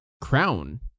crown